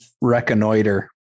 reconnoiter